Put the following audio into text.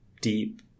deep